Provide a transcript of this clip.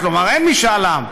כלומר אין משאל עם,